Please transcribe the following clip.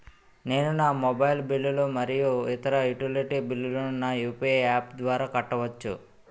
నేను నా మొబైల్ బిల్లులు మరియు ఇతర యుటిలిటీ బిల్లులను నా యు.పి.ఐ యాప్ ద్వారా కట్టవచ్చు